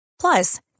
Plus